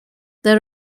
there